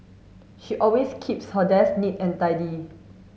she always keeps her desk neat and tidy